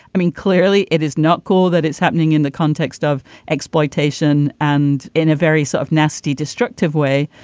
i mean clearly it is not cool that it's happening in the context of exploitation and in a very sort so of nasty destructive way.